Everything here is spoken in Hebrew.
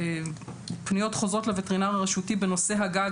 פניות חוזרות לווטרינר הרשותי בנושא הגג,